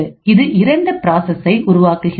இது இரண்டு ப்ராசஸ்சை உருவாக்குகின்றது